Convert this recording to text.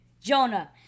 Jonah